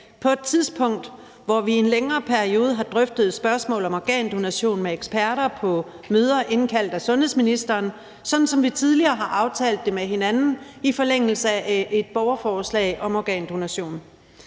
på et tidspunkt, hvor vi i en længere periode har drøftet spørgsmål om organdonation med eksperter på møder indkaldt af sundhedsministeren – sådan som vi tidligere havde aftalt det med hinanden i forlængelse af et borgerforslag om organdonation.